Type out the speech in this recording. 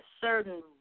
certain